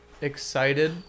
excited